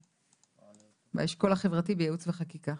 באשכול החברתי בייעוץ וחקיקה.